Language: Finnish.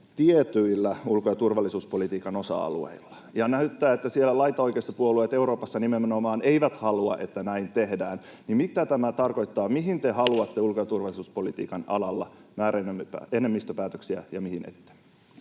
tietyillä ulko- ja turvallisuuspolitiikan osa-alueilla, mutta kun näyttää siltä, että siellä laitaoikeistopuolueet Euroopassa nimenomaan eivät halua, että näin tehdään, niin mitä tämä tarkoittaa? Mihin te haluatte ulko- ja turvallisuuspolitiikan alalla enemmistöpäätöksiä ja mihin ette?